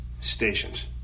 stations